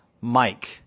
Mike